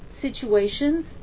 situations